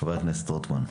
חבר הכנסת רוטמן.